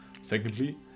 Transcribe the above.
Secondly